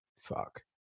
fuck